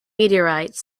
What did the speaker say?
meteorites